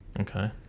Okay